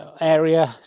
area